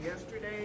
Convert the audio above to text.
yesterday